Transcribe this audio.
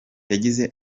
yagize